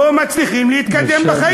לא מצליחים להתקדם בחיים.